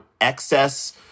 excess